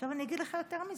אני אגיד לך יותר מזה: